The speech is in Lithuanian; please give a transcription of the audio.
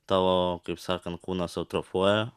tavo kaip sakant kūnas atrofuoja